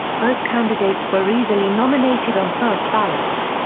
both candidates were easily nominated on first ballots.